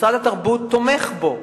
ומשרד החינוך תומך בו.